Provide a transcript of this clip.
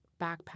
backpack